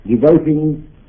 devoting